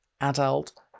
adult